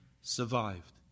survived